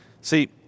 See